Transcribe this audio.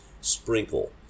sprinkle